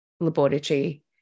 laboratory